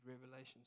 Revelations